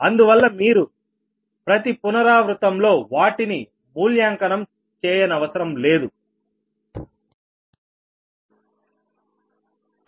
అందువల్ల మీరు ప్రతి పునరావృతం లో వాటిని మూల్యాంకనం చేయనవసరం లేదు